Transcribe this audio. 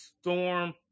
Storm